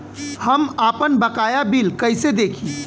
हम आपनबकाया बिल कइसे देखि?